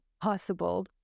possible